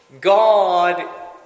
God